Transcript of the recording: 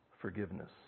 forgiveness